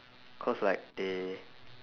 cause like they